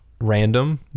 Random